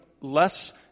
less